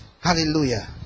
Hallelujah